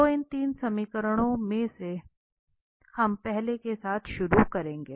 तो इन 3 समीकरणों में से हम पहले के साथ शुरू करेंगे